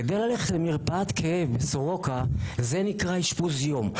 כי הדרך למרפאת כאב בסורוקה זה נקרא אשפוז יום.